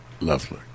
lovely